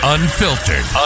Unfiltered